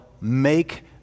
make